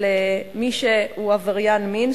של מי שהוא עבריין מין.